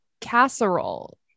casserole